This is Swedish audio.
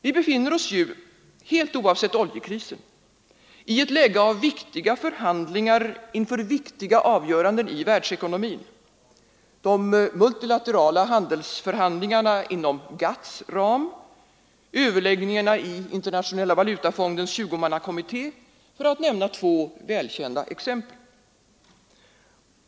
Vi befinner oss ju, helt oavsett oljekrisen, i ett läge av viktiga förhandlingar inför viktiga avgöranden för världsekonomin, de multilaterala handelsförhandlingarna inom GATT:s ram, överläggningarna i Internationella valutafondens 20-mannakommitté, för att nämna två välkända exempel.